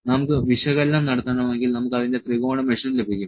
നമുക്ക് വിശകലനം നടത്തണമെങ്കിൽ നമുക്ക് അതിന്റെ ത്രികോണ മെഷും ലഭിക്കും